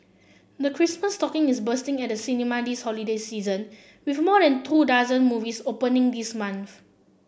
the Christmas stocking is bursting at the cinemas this holiday season with more than two dozen movies opening this month